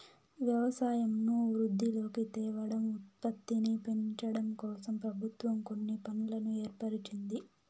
వ్యవసాయంను వృద్ధిలోకి తేవడం, ఉత్పత్తిని పెంచడంకోసం ప్రభుత్వం కొన్ని ఫండ్లను ఏర్పరిచింది